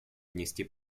внести